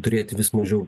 turėti vis mažiau